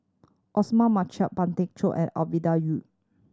Osman Merican Pang Teck Joon and Ovidia Yu